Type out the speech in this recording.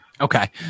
Okay